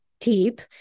deep